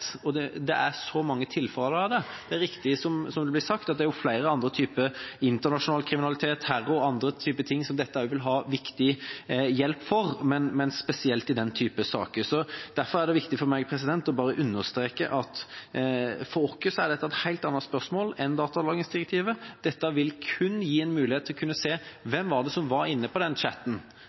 har eksplodert. Det er så mange tilfeller av dette. Det er riktig som det blir sagt, at det er flere andre typer internasjonal kriminalitet, terror og andre typer som dette også vil være til stor hjelp for, men spesielt for denne typen saker. Så derfor er det viktig for meg å understreke at for oss er dette et helt annet spørsmål enn datalagringsdirektivet. Dette vil kun gi en mulighet til å kunne se hvem det var som var inne på den chatten